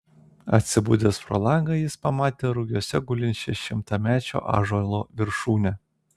atsibudęs pro langą jis pamatė rugiuose gulinčią šimtamečio ąžuolo viršūnę